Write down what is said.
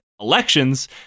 elections